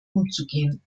umzugehen